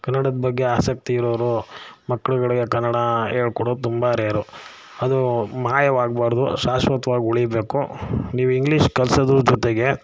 ಕನ್ನಡದ ಬಗ್ಗೆ ಆಸಕ್ತಿ ಇರೋರು ಮಕ್ಕಳುಗಳಿಗೆ ಕನ್ನಡ ಹೇಳ್ಕೊಡೋದು ತುಂಬ ರೇರು ಅದು ಮಾಯಾವಾಗಬಾರ್ದು ಶಾಶ್ವತವಾಗಿ ಉಳಿಬೇಕು ನೀವು ಇಂಗ್ಲೀಷ್ ಕಲ್ಸೋದ್ರ ಜೊತೆಗೆ